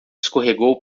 escorregou